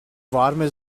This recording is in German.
warme